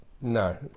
No